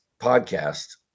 podcast